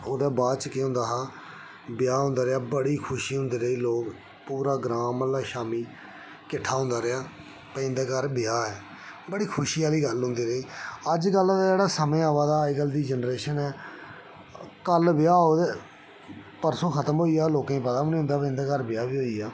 ओह्दे बाच केह् होंदा हा ब्याह् होंदा रेहा बड़ी खुशी होंदी रेही लोक पूरा ग्रांऽ म्हल्ला शाम्मीं किट्ठा होंदा रेहा भाई इं'दे घर ब्याह् ऐ बड़ी खुशी आह्ली गल्ल होंदी रेही अज्जकल दा जेह्ड़ा समें आवा दा अज्जकल दी जैनरेशन ऐ कल ब्याह् होऐ ते परसो खत्म बी होई जा ते लोकें गी पता बी नेईं होंदा केह् इं'दे घर ब्याह् बी होई गेआ